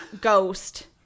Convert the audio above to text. ghost